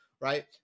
Right